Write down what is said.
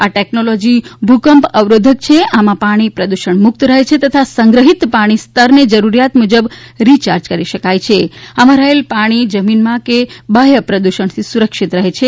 આ ટેકનોલોજી ભુંકપ અવરોધક છે આમાં પાણી પ્રદુષણ મુક્ત રહે છે તથા સંગ્રહીત પાણી સ્તરને જરૂરત મુજબ રીયારજ કરી શકાય છે આમા રહેલ પાણી જમીનમાં કે બાહ્ય પ્રદૃષણથી સુરક્ષિત રહે છે